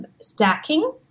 stacking